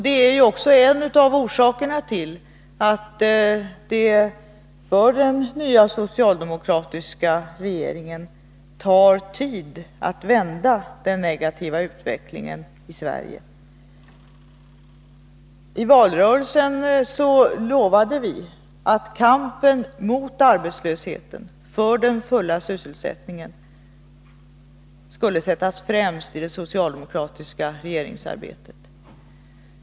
Detta är också en av orsakerna till att det för den nya socialdemokratiska regeringen tar tid att vända den negativa utvecklingen i Sverige. I valrörelsen lovade vi att kampen mot arbetslösheten och för den fulla sysselsättningen skulle sättas främst i det socialdemokratiska regeringsarbetet.